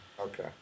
Okay